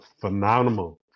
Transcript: phenomenal